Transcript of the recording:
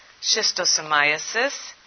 schistosomiasis